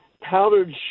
powdered